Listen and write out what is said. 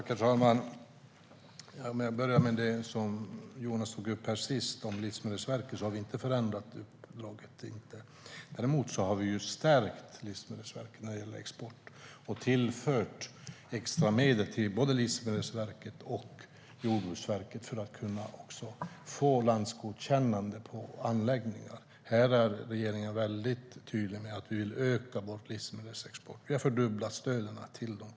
Herr talman! Jag vill börja med det som Jonas avslutade med om Livsmedelsverket. Vi har inte förändrat det uppdraget. Däremot har vi stärkt Livsmedelsverket när det gäller export och tillfört extra medel till både Livsmedelsverket och Jordbruksverket för att få landsgodkännande av anläggningar. Här är regeringen väldigt tydlig med att vi vill öka vår livsmedelsexport, och vi har fördubblat stöden till den.